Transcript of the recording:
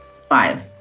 five